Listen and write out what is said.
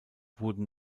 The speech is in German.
wurden